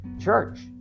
church